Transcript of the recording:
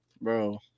Bro